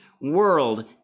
World